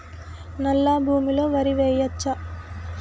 నల్లా భూమి లో వరి వేయచ్చా?